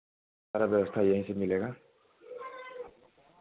सारा व्यवस्था यहीं से मिलेगा